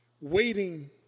Waiting